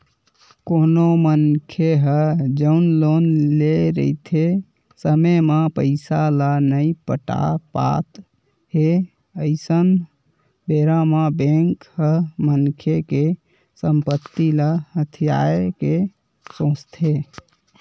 कोनो मनखे ह जउन लोन लेए रहिथे समे म पइसा ल नइ पटा पात हे अइसन बेरा म बेंक ह मनखे के संपत्ति ल हथियाये के सोचथे